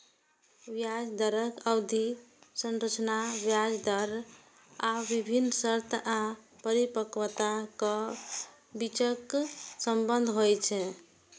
ब्याज दरक अवधि संरचना ब्याज दर आ विभिन्न शर्त या परिपक्वताक बीचक संबंध होइ छै